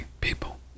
people